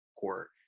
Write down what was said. court